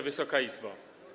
Wysoka Izbo!